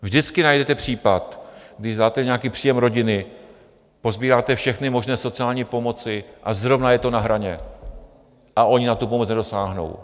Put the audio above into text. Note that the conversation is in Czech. Vždycky najdete případ, když dáte nějaký příjem rodiny, posbíráte všechny možné sociální pomoci, a zrovna je to na hraně a oni na tu pomoc nedosáhnou.